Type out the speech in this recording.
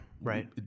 right